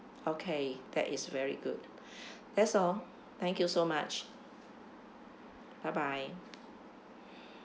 okay that is very good that's all thank you so much bye bye